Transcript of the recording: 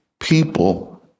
people